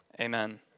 Amen